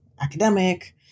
academic